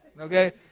Okay